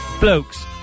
blokes